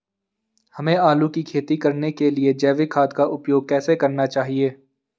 हमें आलू की खेती करने के लिए जैविक खाद का उपयोग कैसे करना चाहिए?